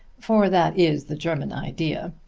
for that is the german idea.